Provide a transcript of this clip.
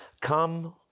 come